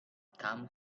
come